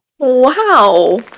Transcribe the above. Wow